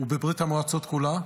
ובברית המועצות כולה,